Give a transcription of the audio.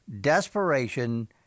desperation